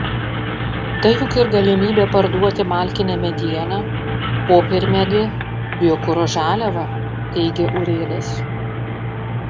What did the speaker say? tai juk ir galimybė parduoti malkinę medieną popiermedį biokuro žaliavą teigė urėdas